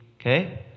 okay